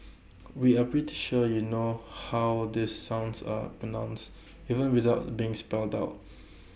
we are pretty sure you know how these sounds are pronounced even without them being spelled out